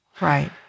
Right